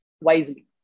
wisely